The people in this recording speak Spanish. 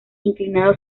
inclinado